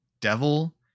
devil